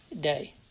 day